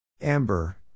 Amber